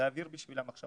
זה אוויר בשבילם עכשיו,